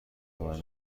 خبر